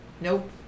Nope